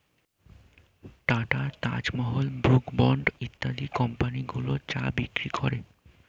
tata, Taj Mahal, Brooke Bond ইত্যাদি কোম্পানিগুলো চা বিক্রি করে